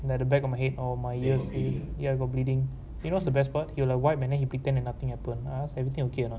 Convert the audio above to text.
at the back of my head or my ears ya got bleeding you know what's the best part he will like wipe and then he pretend like nothing happen I ask everything okay or not